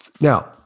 Now